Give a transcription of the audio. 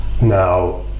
Now